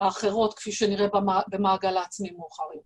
האחרות, כפי שנראה במעגל העצמי, מאוחר יותר.